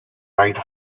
ride